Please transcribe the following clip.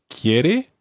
quiere